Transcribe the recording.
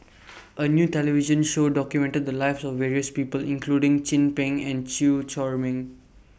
A New television Show documented The Lives of various People including Chin Peng and Chew Chor Meng